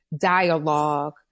dialogue